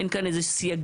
אין כאן איזה סייגים.